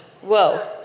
whoa